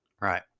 Right